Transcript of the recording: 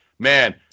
Man